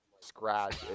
scratch